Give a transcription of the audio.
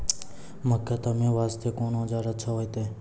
मक्का तामे वास्ते कोंन औजार अच्छा होइतै?